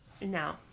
no